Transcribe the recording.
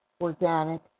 organic